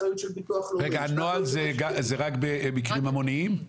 רגע הנוהל הוא רק במקרים המוניים?